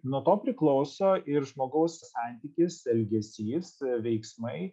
nuo to priklauso ir žmogaus santykis elgesys veiksmai